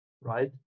right